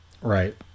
Right